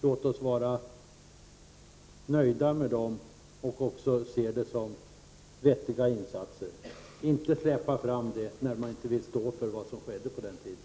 Låt oss vara nöjda med dem och också se dem som vettiga insatser — inte släpa fram dem när man inte vill stå för vad som skedde på den tiden.